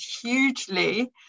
hugely